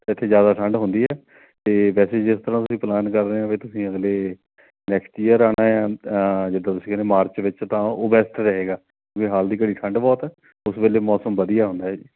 ਇੱਥੇ ਜ਼ਿਆਦਾ ਠੰਡ ਹੁੰਦੀ ਹੈ ਅਤੇ ਵੈਸੇ ਜਿਸ ਤਰ੍ਹਾਂ ਤੁਸੀਂ ਪਲਾਨ ਕਰ ਰਹੇ ਵੀ ਤੁਸੀਂ ਅਗਲੇ ਨੈਕਸਟ ਈਅਰ ਆਉਣਾ ਆ ਜਿੱਦਾਂ ਤੁਸੀਂ ਕਹਿੰਦੇ ਮਾਰਚ ਵਿੱਚ ਤਾਂ ਉਹ ਬੈਸਟ ਰਹੇਗਾ ਵੀ ਹਾਲ ਦੀ ਘੜੀ ਠੰਡ ਬਹੁਤ ਆ ਉਸ ਵੇਲੇ ਮੌਸਮ ਵਧੀਆ ਹੁੰਦਾ ਜੀ